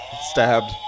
stabbed